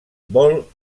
bol